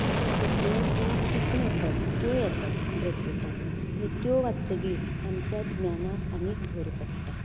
अशें सगळें जें टिपणी आसा त्यो येतात ब्रेकेटांत त्यो वाचतकीत आमच्या ज्ञानाक आनीक भर पडटा